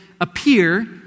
Appear